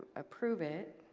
approve it